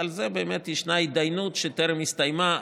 על זה באמת ישנה התדיינות שטרם הסתיימה,